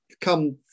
come